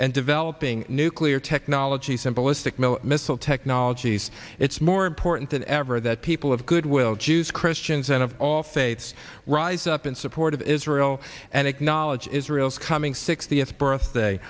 and developing nuclear technology symbolistic mill missile technologies it's more important than ever that people of goodwill jews christians and of all faiths rise up in support of israel and acknowledge israel's coming sixtieth birthday